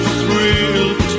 thrilled